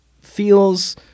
feels